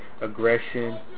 aggression